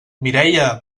mireia